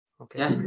Okay